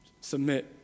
Submit